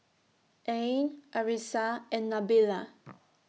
Ain Arissa and Nabila